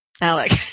Alec